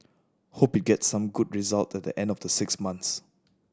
hope it gets some good result at the end of the six months